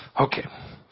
Okay